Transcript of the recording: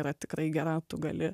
yra tikrai gera tu gali